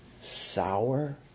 sour